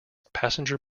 passenger